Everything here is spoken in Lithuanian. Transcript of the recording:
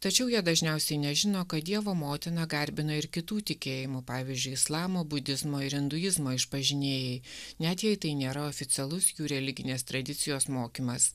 tačiau jie dažniausiai nežino kad dievo motiną garbina ir kitų tikėjimų pavyzdžiui islamo budizmo ir induizmo išpažinėjai net jei tai nėra oficialus jų religinės tradicijos mokymas